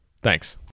Thanks